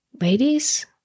Ladies